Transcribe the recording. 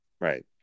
Right